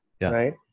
right